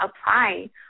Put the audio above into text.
apply